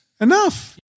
Enough